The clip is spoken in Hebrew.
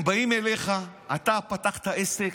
הם באים אליך, אתה פתחת עסק,